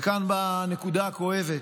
וכאן באה הנקודה הכואבת,